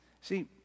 See